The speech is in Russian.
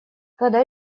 когда